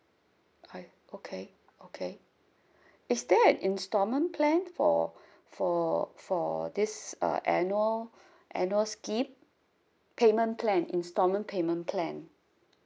I okay okay is there an instalment plan for for for this uh annual annual scheme payment plan instalment payment plan